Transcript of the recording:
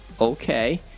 okay